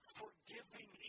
forgiving